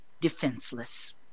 defenseless